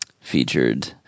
featured